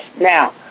Now